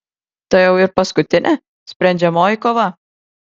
tai jau yr paskutinė sprendžiamoji kova